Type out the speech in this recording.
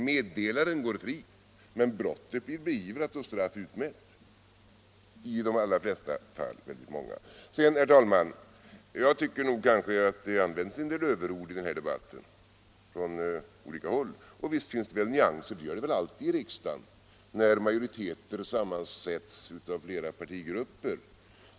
Meddelaren går fri, men brottet blir beivrat och straff utmätt i de allra flesta fall; de är inte så många. Sedan tycker jag nog, herr talman, att det från olika håll använts en del överord i den här debatten. Visst finns det väl nyanser, det gör det alltid i riksdagen när majoriteter sammansätts av flera partigrupper.